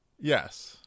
Yes